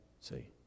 See